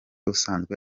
usanzwe